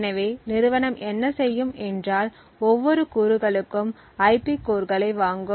எனவே நிறுவனம் என்ன செய்யும் என்றால் ஒவ்வொரு கூறுகளுக்கும் ஐபி கோர்களை வாங்கும்